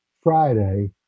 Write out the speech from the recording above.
Friday